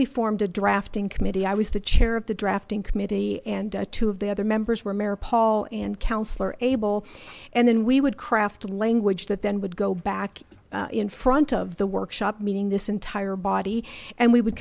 we formed a drafting committee i was the chair of the drafting committee and two of the other members were mayor paul and councillor abel and then we would craft language that then would go back in front of the workshop meaning this entire body and we would